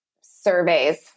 surveys